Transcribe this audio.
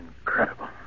Incredible